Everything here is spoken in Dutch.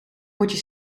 potje